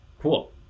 cool